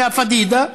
לאה פדידה?